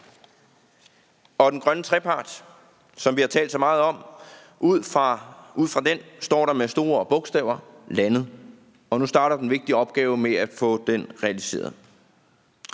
for den grønne trepart, som vi har talt så meget om, står der med store bogstaver: Landet. Og nu starter den vigtige opgave med at få den realiseret.